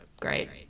great